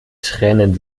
trennen